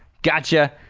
gotcha!